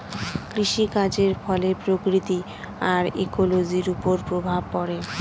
কৃষিকাজের ফলে প্রকৃতি আর ইকোলোজির ওপর প্রভাব পড়ে